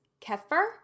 kefir